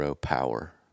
power